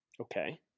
Okay